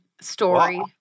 story